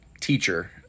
teacher